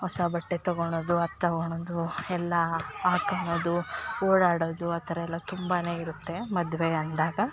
ಹೊಸ ಬಟ್ಟೆ ತಗೊಳದು ಅಥವ ಒಂದು ಎಲ್ಲ ಹಾಕೊಳ್ಳೋದು ಓಡಾಡೋದು ಆ ಥರ ಎಲ್ಲ ತುಂಬಾ ಇರುತ್ತೆ ಮದುವೆ ಅಂದಾಗ